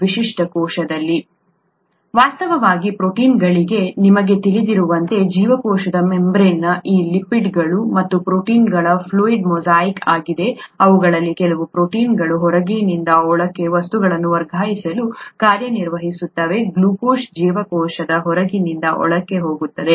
ವಿಶಿಷ್ಟ ಕೋಶದಲ್ಲಿ ವಾಸ್ತವವಾಗಿ ಪ್ರೋಟೀನ್ಗಳಿವೆ ನಿಮಗೆ ತಿಳಿದಿರುವಂತೆ ಜೀವಕೋಶದ ಮೆಂಬ್ರೇನ್ನ ಈ ಲಿಪಿಡ್ಗಳು ಮತ್ತು ಪ್ರೋಟೀನ್ಗಳ ಫ್ಲೂಯಿಡ್ ಮೊಸಾಯಿಕ್ ಆಗಿದೆ ಅವುಗಳಲ್ಲಿ ಕೆಲವು ಪ್ರೋಟೀನ್ಗಳು ಹೊರಗಿನಿಂದ ಒಳಕ್ಕೆ ವಸ್ತುಗಳನ್ನು ವರ್ಗಾಯಿಸಲು ಕಾರ್ಯನಿರ್ವಹಿಸುತ್ತವೆ ಗ್ಲುಕೋಸ್ ಜೀವಕೋಶದ ಹೊರಗಿನಿಂದ ಒಳಕ್ಕೆ ಹೋಗುತ್ತದೆ